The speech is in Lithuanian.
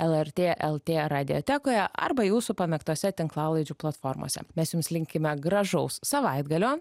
lrt lt radiotekoje arba jūsų pamėgtose tinklalaidžių platformose mes jums linkime gražaus savaitgalio